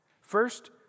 first